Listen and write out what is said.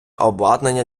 обладнання